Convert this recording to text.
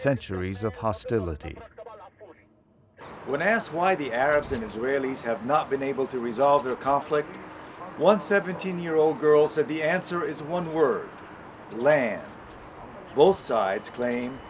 centuries of hostility when asked why the arabs and israelis have not been able to resolve the conflict one seventeen year old girl said the answer is one we're playing both sides claim